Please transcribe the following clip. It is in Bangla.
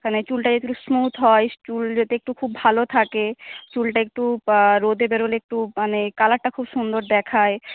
মানে চুলটা যাতে একটু স্মুথ হয় চুল যাতে একটু খুব ভালো থাকে চুলটা একটু রোদে বেরোলে একটু মানে কালারটা খুব সুন্দর দেখায়